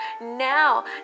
Now